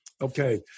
Okay